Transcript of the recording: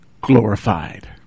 glorified